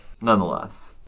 Nonetheless